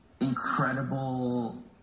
incredible